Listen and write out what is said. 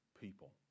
people